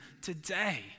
today